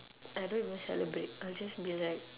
I don't even celebrate I'll just be like